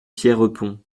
pierrepont